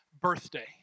birthday